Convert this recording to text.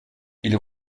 ils